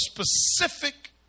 specific